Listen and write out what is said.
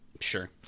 Sure